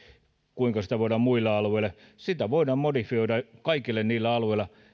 kuinka sitä voidaan laajentaa muille alueille sitä voidaan modifioida kaikilla niillä alueilla